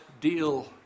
deal